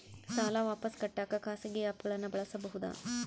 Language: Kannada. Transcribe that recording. ಸಾಲ ವಾಪಸ್ ಕಟ್ಟಕ ಖಾಸಗಿ ಆ್ಯಪ್ ಗಳನ್ನ ಬಳಸಬಹದಾ?